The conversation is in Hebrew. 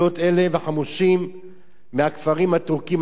וחמושים מהכפרים הטורקיים הסמוכים,